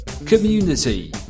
Community